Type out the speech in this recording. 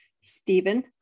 Stephen